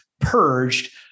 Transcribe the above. purged